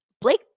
Blake